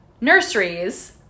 nurseries